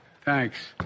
Thanks